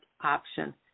option